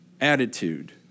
attitude